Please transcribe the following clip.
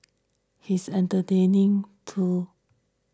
he is entertaining though